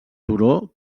turó